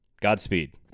Godspeed